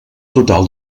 total